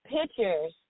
pictures